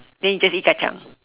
then you just eat kacang